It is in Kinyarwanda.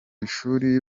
ishuri